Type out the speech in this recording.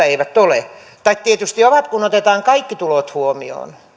eivät ole tai tietysti ovat kun otetaan kaikki tulot huomioon